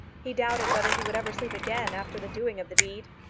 he doubted whether he would ever sleep again after the doing of the deed.